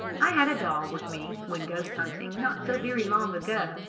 i had a dog with me, when ghost-hunting, not so very long ago,